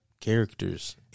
characters